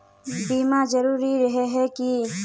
बीमा जरूरी रहे है की?